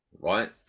Right